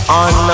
on